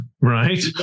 right